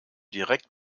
direkt